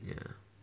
ya